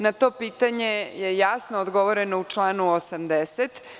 Na to pitanje je jasno odgovoreno u članu 80.